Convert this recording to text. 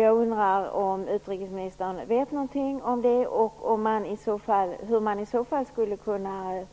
Jag undrar om utrikesministern vet någonting om det och hur man i så fall skulle kunna